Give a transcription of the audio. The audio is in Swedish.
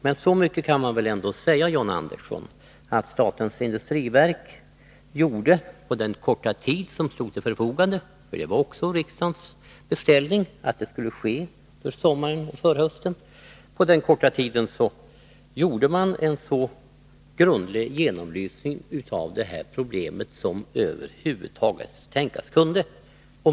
Men så mycket kan jag ändå säga, John Andersson, att statens industriverk på den korta tid som stod till förfogande — enligt riksdagens beställning skulle det ske under sommaren och förhösten — gjorde en så grundlig genomlysning av detta problem som över huvud taget tänkas kunde.